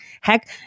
heck